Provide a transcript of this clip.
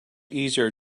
easier